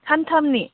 सानथामनि